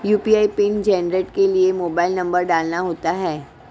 UPI PIN generate के लिए mobile number डालना होता है